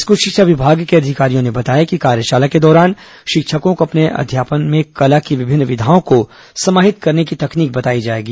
school शिक्षा विभाग के अधिकारियों ने बताया कि कार्यशाला के दौरान शिक्षकों को अपने अध्यापन में कला की विभिन्न विधाओं को समाहित करने की तकनीक बताई जाएगी